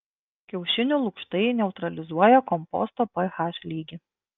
kiaušinių lukštai neutralizuoja komposto ph lygį